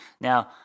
Now